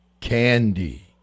Candy